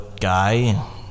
guy